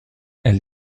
elle